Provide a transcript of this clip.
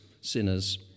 sinners